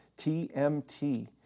TMT